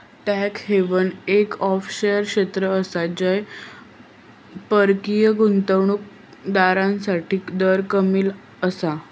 tax haven एक offshore क्षेत्र आसा जय परकीय गुंतवणूक दारांसाठी दर कमी आसा